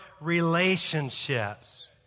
relationships